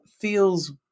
feels